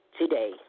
today